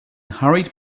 hurried